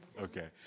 Okay